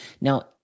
Now